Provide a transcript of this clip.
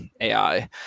ai